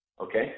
Okay